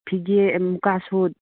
ꯐꯤꯒꯦ ꯃꯨꯒꯥ ꯁꯨꯠ